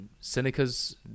Seneca's